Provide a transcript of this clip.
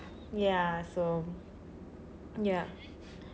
ya so ya